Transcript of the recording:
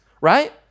right